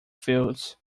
fields